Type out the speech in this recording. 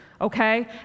okay